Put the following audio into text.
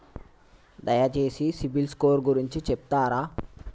దయచేసి CIBIL score గురించి చెప్తరా?